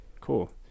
cool